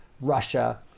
Russia